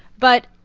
but,